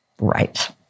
Right